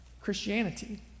christianity